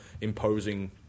imposing